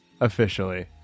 officially